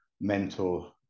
mentor